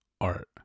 art